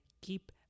keep